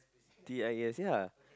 T I E S ya